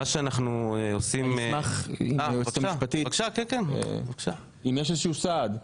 אני אשמח עם היועצת המשפטית, אם יש איזשהו סעד?